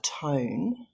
tone